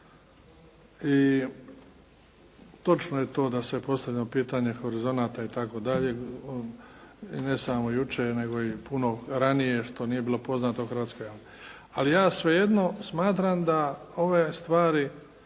i točno je to da se postavilo pitanje horizonata itd. i ne samo jučer, nego i puno ranije što nije bilo poznato hrvatskoj javnosti. Ali ja svejedno smatram da ove stvari,